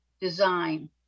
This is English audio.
Design